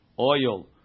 Oil